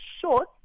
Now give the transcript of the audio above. short